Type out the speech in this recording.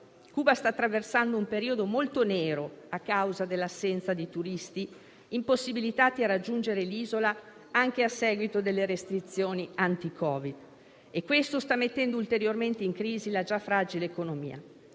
Cuba sta attraversando un periodo molto nero a causa dell'assenza di turisti impossibilitati a raggiungere l'isola anche a seguito delle restrizioni anti-Covid e ciò sta mettendo ulteriormente in crisi la già fragile economia.